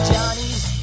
Johnny's